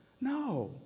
No